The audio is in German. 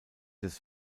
des